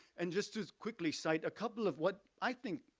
and just to quickly cite a couple of what i think,